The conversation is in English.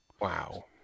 Wow